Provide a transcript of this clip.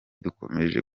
dukomeje